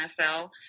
NFL